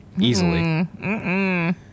Easily